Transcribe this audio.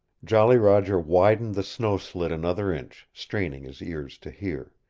jolly roger widened the snow-slit another inch, straining his ears to hear.